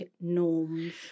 norms